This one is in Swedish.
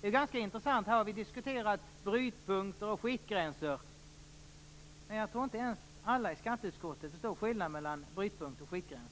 Det är ganska intressant. Här har vi diskuterat brytpunkter och skiktgränser, men jag tror inte ens att alla i skatteutskottet förstår skillnaden mellan brytpunkt och skiktgräns.